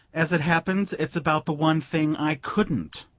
as it happens, it's about the one thing i couldn't.